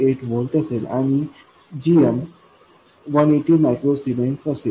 8 volt असेल आणि gm180 micro siemens असेल